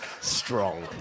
Strong